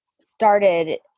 started